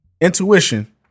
Intuition